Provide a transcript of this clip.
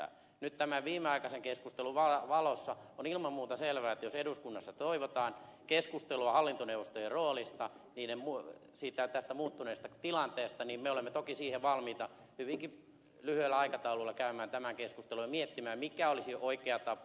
nyt tämän viimeaikaisen keskustelun valossa on ilman muuta selvää että jos eduskunnassa toivotaan keskustelua hallintoneuvostojen roolista tästä muuttuneesta tilanteesta niin me olemme toki siihen valmiita hyvinkin lyhyellä aikataululla käymään tämän keskustelun ja miettimään mikä olisi oikea tapa